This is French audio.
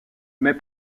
mais